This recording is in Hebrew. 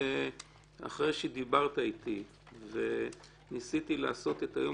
אחרי שדיברת איתי וניסיתי לעשות את היום